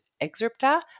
Excerpta